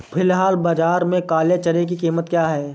फ़िलहाल बाज़ार में काले चने की कीमत क्या है?